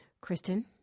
Kristen